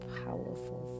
powerful